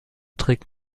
trägt